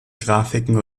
grafiken